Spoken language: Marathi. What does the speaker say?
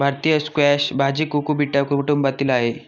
भारतीय स्क्वॅश भाजी कुकुबिटा कुटुंबातील आहे